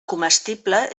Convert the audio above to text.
comestible